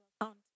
account